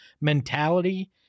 mentality